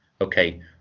Okay